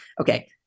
okay